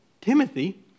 Timothy